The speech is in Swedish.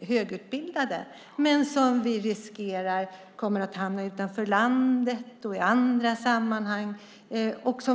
högutbildade, men det finns en risk att de kommer att hamna utanför landet och i andra sammanhang.